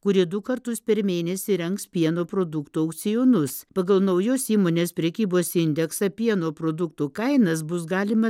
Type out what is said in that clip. kuri du kartus per mėnesį rengs pieno produktų aukcionus pagal naujos įmonės prekybos indeksą pieno produktų kainas bus galima